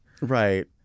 Right